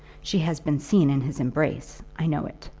she has been seen in his embrace i know it.